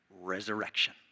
resurrection